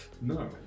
No